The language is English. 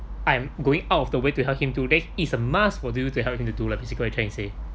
I'm going out of the way to help him to then is a must for you to help him to do like basically what you're trying to say